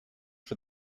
for